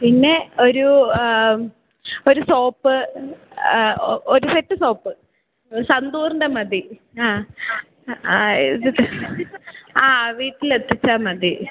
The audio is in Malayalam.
പിന്നെ ഒരു ഒരു സോപ്പ് ഒരു സെറ്റ് സോപ്പ് സന്തൂറിന്റെ മതി അ ആ എന്നിട്ട് ആ വീട്ടിലെത്തിച്ചാൽ മതി